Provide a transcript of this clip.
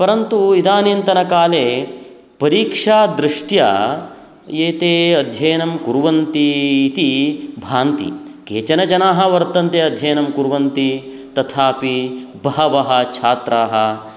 परन्तु इदानीन्तनकाले परीक्षा दृष्ट्या एते अध्ययनं कुर्वन्तीति भान्ति केचन जनाः वर्तन्ते अध्ययनं कुर्वन्ति तथापि बहवः छात्राः